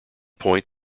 point